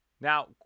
Now